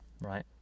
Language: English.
right